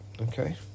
okay